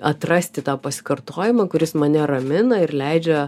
atrasti tą pasikartojimą kuris mane ramina ir leidžia